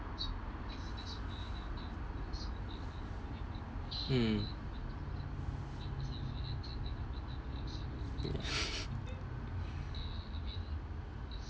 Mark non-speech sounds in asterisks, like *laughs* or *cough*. mm *laughs*